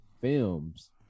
films